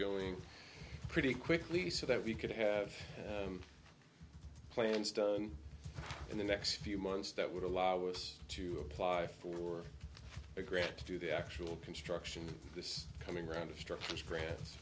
going pretty quickly so that we could have plans in the next few months that would allow us to apply for a grant to do the actual construction this coming round of structures gra